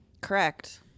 Correct